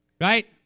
Right